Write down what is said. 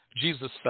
Jesus